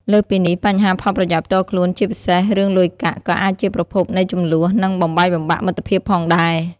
លើសពីនេះ បញ្ហាផលប្រយោជន៍ផ្ទាល់ខ្លួន ជាពិសេសរឿងលុយកាក់ ក៏អាចជាប្រភពនៃជម្លោះ និងបំបែកបំបាក់មិត្តភាពផងដែរ ។